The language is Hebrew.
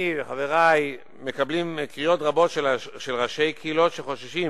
אני וחברי מקבלים קריאות רבות של ראשי קהילות שחוששים